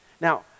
Now